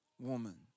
woman